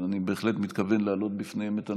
אבל אני בהחלט מתכוון להעלות בפניהם את הנושא.